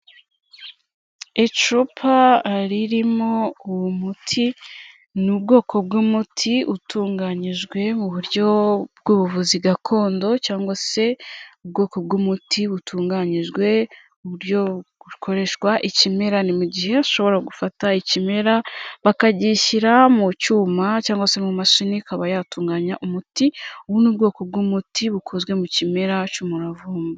Icupa ririmo umuti, ni ubwoko bw'umuti utunganyijwe mu buryo bw'ubuvuzi gakondo cyangwa se ubwoko bw'umuti butunganyijwe uburyo bukoreshwa ikimera, ni mu gihe bashobora gufata ikimera bakagishyira mu cyuma cyangwa se mu mashini, ikaba yatunganya umuti, ubu ni ubwoko bw'umuti bukozwe mu kimera cy'umuravumba.